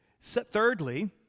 Thirdly